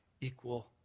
equal